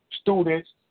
students